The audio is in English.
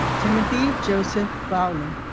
timothy joseph bowlen